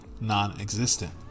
non-existent